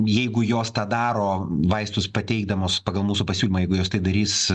jeigu jos tą daro vaistus pateikdamos pagal mūsų pasiūlymą jeigu jos tai darys